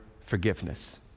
forgiveness